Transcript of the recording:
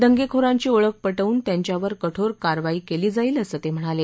दोखोरांची ओळख प बून त्यांच्यावर कठोर कारवाई केली जाईल असं ते म्हणाले